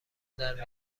درمی